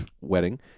wedding